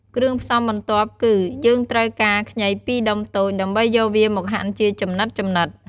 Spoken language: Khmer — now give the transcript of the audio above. គ្រឿងផ្សំបន្ទាប់គឺ យើងត្រូវការខ្ញី២ដុំតូច ដើម្បីយកវាមកហាន់ជាចំណិតៗ។